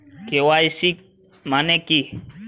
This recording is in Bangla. কে.ওয়াই.সি মানে কী?